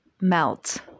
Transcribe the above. melt